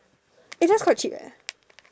eh that's quite cheap eh